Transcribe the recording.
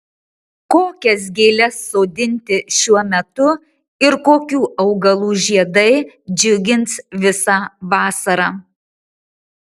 kokias gėles sodinti šiuo metu ir kokių augalų žiedai džiugins visą vasarą